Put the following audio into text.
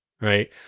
Right